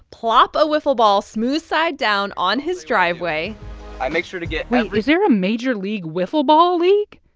plop a wiffle ball smooth side down on his driveway i make sure to get every. wait is there a major league wiffle ball league?